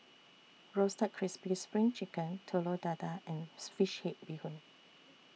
Roasted Crispy SPRING Chicken Telur Dadah and Fish Head Bee Hoon